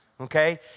Okay